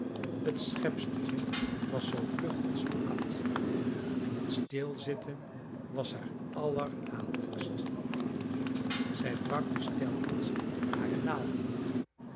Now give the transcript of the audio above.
het schepseltje was zoo vlug als eene kat en het stilzitten was haar allerhatelijkst zij brak dus telkens hare naalden